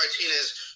Martinez